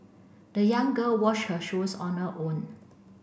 the young girl washed her shoes on her own